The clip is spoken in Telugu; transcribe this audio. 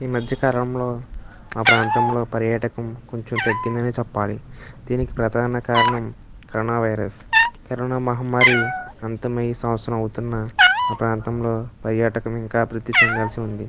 ఈమధ్య కాలంలో మా ప్రాంతంలో పర్యాటకం కొంచెం తగ్గిందనే చెప్పాలి దీనికి ప్రధాన కారణం కరోనా వైరస్ కరోనా మహమ్మారి అంతమై సంవత్సరం అవుతున్న మా ప్రాంతంలో పర్యాటకం ఇంకా అభివృద్ధి చెందాల్సి ఉంది